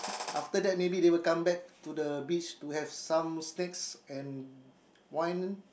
after that maybe they will come back to the beach to have some snacks and wine